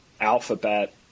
alphabet